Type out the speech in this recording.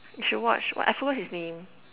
you should watch what I forgot his name